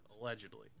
allegedly